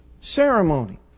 ceremony